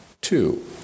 Two